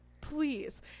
please